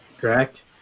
correct